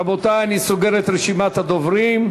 רבותי, אני סוגר את רשימת הדוברים.